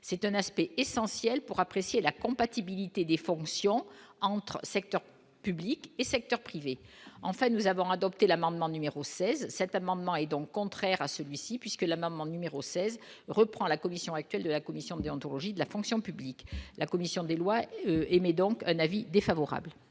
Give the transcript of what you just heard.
c'est un aspect essentiel pour apprécier la compatibilité des fonctions entre secteur public et secteur privé, en fait, nous avons adopté l'amendement numéro 16 cet amendement est donc contraire à celui-ci puisque la maman numéro 16 reprend la commission actuelle de la Commission déontologie de la fonction publique, la commission des lois émet donc un avis défavorable.